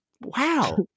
wow